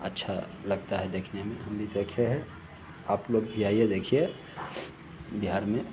अच्छा लगता है देखने में हम भी देखे हैं आप लोग भी आईए देखिए बिहार में